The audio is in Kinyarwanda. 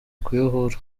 kuyobora